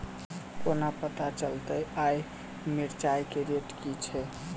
कोना पत्ता चलतै आय मिर्चाय केँ रेट की छै?